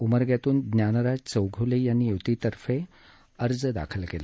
उमरग्यातून ज्ञानराज चौघ्ले यांनी युतीतर्फे अर्ज दाखल केला